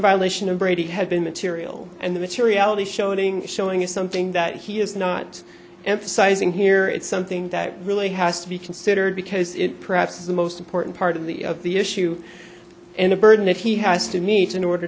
violation of brady had been material and the materiality showing showing you something that he is not emphasizing here it's something that really has to be considered because it perhaps the most important part of the of the issue and the burden that he has to meet in order